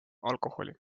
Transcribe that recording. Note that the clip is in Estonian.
alkoholi